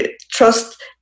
Trust